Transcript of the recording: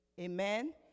amen